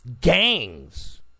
gangs